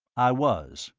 i was.